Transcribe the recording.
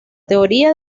teoría